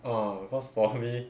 ah cause for me